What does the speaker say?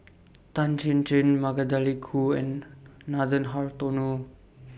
Tan Chin Chin Magdalene Khoo and Nathan Hartono